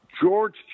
George